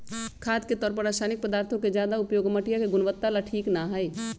खाद के तौर पर रासायनिक पदार्थों के ज्यादा उपयोग मटिया के गुणवत्ता ला ठीक ना हई